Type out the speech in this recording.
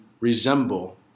resemble